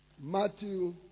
Matthew